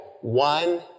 one